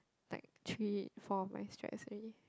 like three four of my strides already